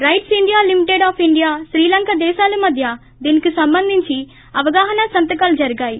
rights India Limited of India Sri Lanka దేశాల మధ్య దీనికి సంబందించి అవగాహన సంతకాలు జరిగాయి